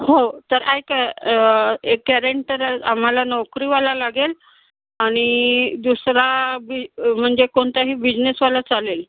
हो तर ऐका एक गॅरेंटर आम्हाला नोकरीवाला लागेल आणि दुसरा बि म्हणजे कोणताही बिजनेसवाला चालेल